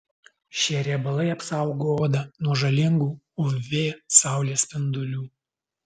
šie riebalai apsaugo odą nuo žalingų uv saulės spindulių